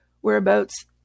whereabouts